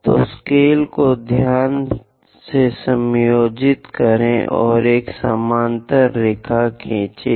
तो स्केल को ध्यान से समायोजित करें और एक समानांतर रेखा खींचें